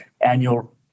annual